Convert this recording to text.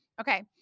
Okay